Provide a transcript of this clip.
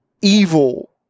evil